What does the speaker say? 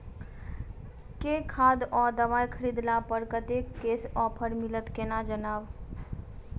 केँ खाद वा दवाई खरीदला पर कतेक केँ ऑफर मिलत केना जानब?